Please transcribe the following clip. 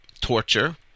torture